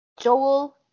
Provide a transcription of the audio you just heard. Joel